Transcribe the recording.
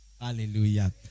Hallelujah